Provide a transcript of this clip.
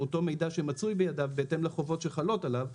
אותו מידע שמצוי בידיו בהתאם לחובות שחלות עליו.